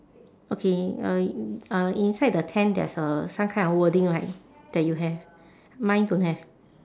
okay uh uh inside the tent there's uh some kind of wording right that you have mine don't have